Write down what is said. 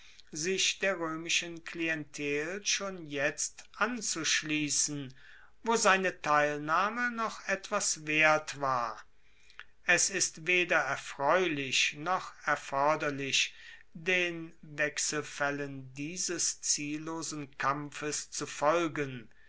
sich der roemischen klientel schon jetzt anzuschliessen wo seine teilnahme noch etwas wert war es ist weder erfreulich noch erforderlich den wechselfaellen dieses ziellosen kampfes zu folgen